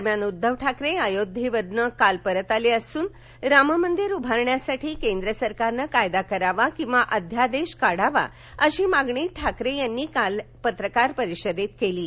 दरम्यान उद्धव ठाकरे अयोध्या दौऱ्यावरून काल परत आले असून राममंदिर उभारण्यासाठी केंद्र सरकारनं कायदा करावा किवा अध्यादेश काढावा अशी मागणी ठाकरे यांनी काल पत्रकार परिषदेत केली आहे